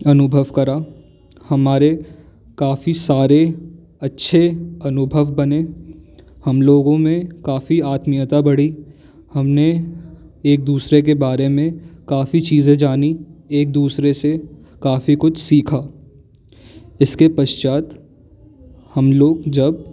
अनुभव करा हमारे काफ़ी सारे अच्छे अनुभव बने हम लोगों में काफ़ी आत्मियता बढ़ी हमने एक दूसरे के बारे में काफ़ी चीज़ें जानी एक दूसरे से काफ़ी कुछ सीखा इसके पश्चात हम लोग जब